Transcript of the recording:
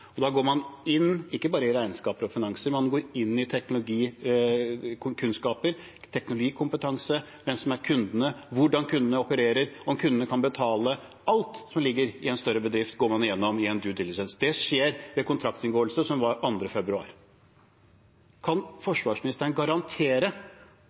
Da går man inn i ikke bare regnskaper og finanser, men også i teknologikunnskap, teknologikompetanse, hvem som er kundene, hvordan kundene opererer, og om kundene kan betale. Alt som ligger i en større bedrift, går man igjennom i en «due diligence». Det skjer ved kontraktsinngåelsen, som var 2. februar. Kan